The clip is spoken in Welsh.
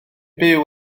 byw